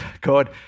God